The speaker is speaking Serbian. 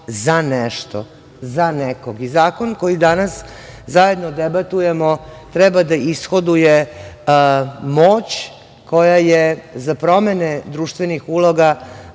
za nešto, za nekog. Zakon koji danas zajedno debatujemo treba da ishoduje moć, koja je za promene društvenih uloga